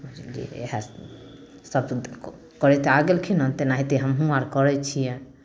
इएह सभ करैत आ गेलखिन हेँ तेनाहिते हमहूँ आर करै छियै